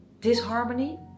disharmony